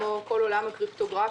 כמו כל עולם הקריפטוגרפיה,